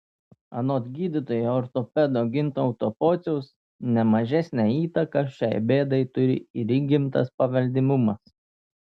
anot gydytojo ortopedo gintauto pociaus ne mažesnę įtaką šiai bėdai turi ir įgimtas paveldimumas